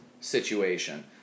situation